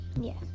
Yes